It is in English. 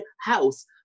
house